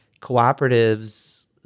cooperatives